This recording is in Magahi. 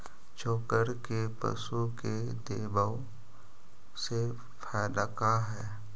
चोकर के पशु के देबौ से फायदा का है?